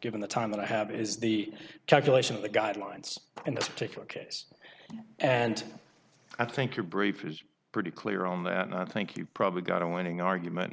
given the time that i have is the calculation of the guidelines in this particular case and i think your brief is pretty clear on that and i think you've probably got a winning argument